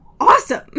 awesome